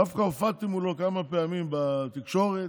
דווקא הופעתי מולו כמה פעמים בתקשורת